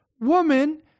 woman